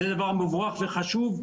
זה דבר מבורך וחשוב.